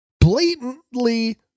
blatantly